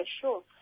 sure